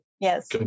Yes